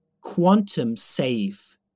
quantum-safe